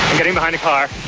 getting behind a car.